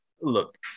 Look